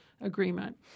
agreement